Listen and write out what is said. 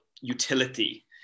utility